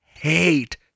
hate